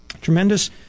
tremendous